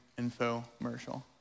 infomercial